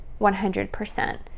100%